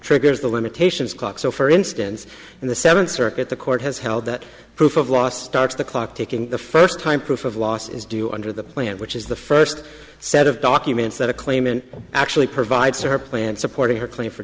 triggers the limitations clock so for instance in the seventh circuit the court has held that proof of loss starts the clock ticking the first time proof of loss is due under the plan which is the first set of documents that a claimant actually provides or plan supporting